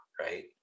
right